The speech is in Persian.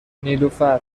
نیلوفرنه